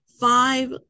Five